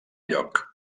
lloc